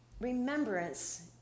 remembrance